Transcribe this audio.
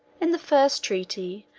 in the first treaty,